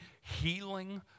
healing